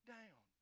down